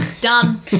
done